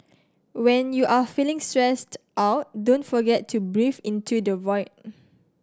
when you are feeling stressed out don't forget to breathe into the void